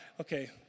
Okay